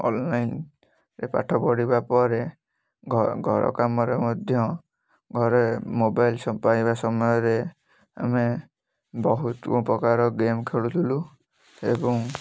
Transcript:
ଅନଲାଇନ୍ରେ ପାଠ ପଢ଼ିବା ପରେ ଘର ଘରକାମରେ ମଧ୍ୟ ଘରେ ମୋବାଇଲ୍ ସ ପାଇବା ସମୟରେ ଆମେ ବହୁତ ପ୍ରକାର ଗେମ୍ ଖେଳୁଥିଲୁ ଏବଂ